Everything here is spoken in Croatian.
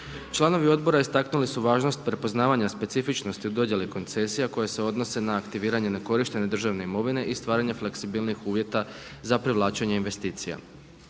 Članovi odbora istaknuli su važnost prepoznavanja specifičnosti u dodjeli koncesija koje se odnose na aktiviranje nekorištene državne imovine i stvaranje fleksibilnijih uvjeta za privlačenje investicija.